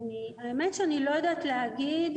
האמת שאני לא יודעת להגיד,